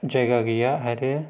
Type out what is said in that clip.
जायगा गैया आरो